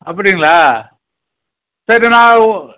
அப்படிங்களா சரி நான் ஒ